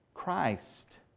Christ